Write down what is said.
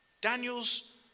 Daniel's